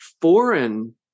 foreign